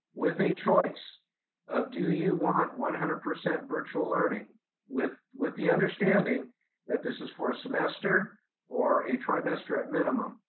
with a choice of, do you want one hundred percent virtual learning with with the understanding that this is for a semester or a trimester at minimum,